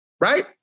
Right